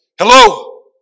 hello